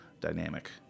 dynamic